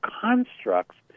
constructs